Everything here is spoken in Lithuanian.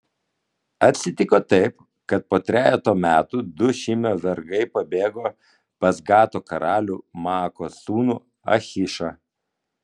atsitiko taip kad po trejeto metų du šimio vergai pabėgo pas gato karalių maakos sūnų achišą